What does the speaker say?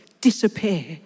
disappear